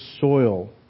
soil